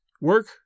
Work